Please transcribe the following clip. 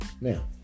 now